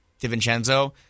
DiVincenzo